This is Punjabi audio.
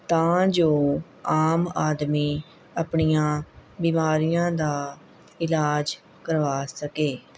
ਤਾਂ ਜੋ ਆਮ ਆਦਮੀ ਆਪਣੀਆਂ ਬਿਮਾਰੀਆਂ ਦਾ ਇਲਾਜ ਕਰਵਾ ਸਕੇ